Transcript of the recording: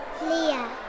Leah